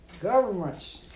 governments